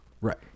Right